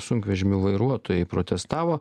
sunkvežimių vairuotojai protestavo